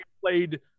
played